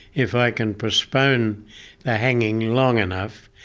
if i can postpone the hanging long enough,